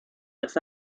las